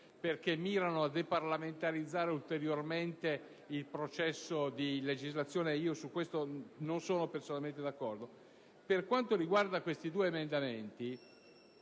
perché mirano a deparlamentarizzare ulteriormente il processo di legislazione. Su questo non sono personalmente d'accordo. Per quanto riguarda l'emendamento